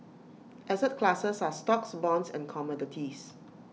asset classes are stocks bonds and commodities